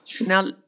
Now